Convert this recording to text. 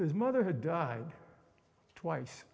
his mother had died twice